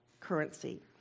currency